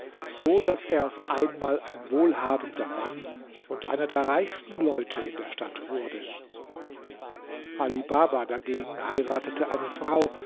so daß er auf einmal ein wohlhabender mann und einer der reichsten leute in der stadt wurde ali baba dagegen heiratete eine frau